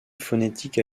phonétique